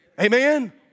Amen